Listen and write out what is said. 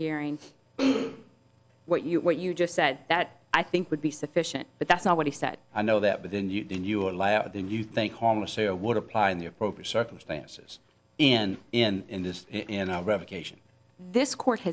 hearing what you what you just said that i think would be sufficient but that's not what he said i know that but then you didn't you allowed then you think homeless or would apply in the appropriate circumstances in in in this in a revocation this cour